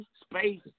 space